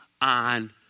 on